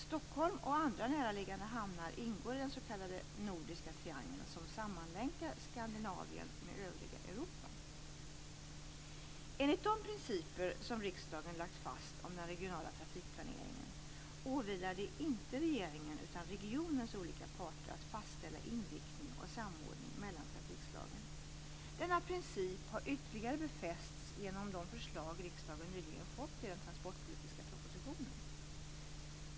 Stockholms och andra näraliggande hamnar ingår i den s.k. Nordiska triangeln som sammanlänkar Skandinavien med övriga Europa. Enligt de principer som riksdagen har lagt fast om den regionala trafikplaneringen åvilar det inte regeringen utan regionens olika parter att fastställa inriktning och samordning mellan trafikslagen. Denna princip har ytterligare befästs genom de förslag riksdagen nyligen fått i den transportpolitiska propositionen.